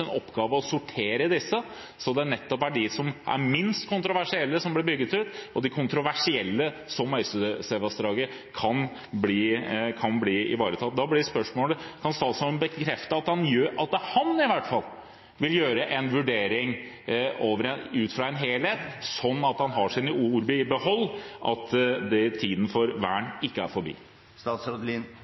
oppgave å sortere disse slik at det nettopp er de som er minst kontroversielle, som blir bygd ut, og de kontroversielle, som Øystesevassdraget, kan bli ivaretatt. Da blir spørsmålet: Kan statsråden bekrefte at han i hvert fall vil gjøre en vurdering ut fra en helhet, slik at han har sine ord i behold, at tiden for vern ikke er forbi?